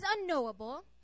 unknowable